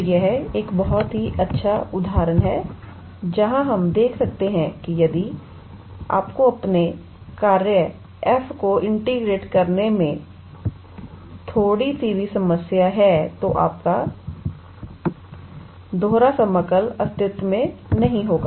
तो यह एक बहुत अच्छा उदाहरण है जहां हम देख सकते हैं कि यदि आपको अपने कार्य f को इंटीग्रेटेड करने में थोड़ी सी भी समस्या है तो आपका दोहरा समाकल अस्तित्व में नहीं होगा